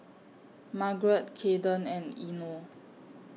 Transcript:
Margaret Kayden and Eino